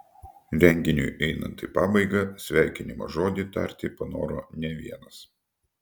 renginiui einant į pabaigą sveikinimo žodį tarti panoro ne vienas